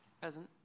Present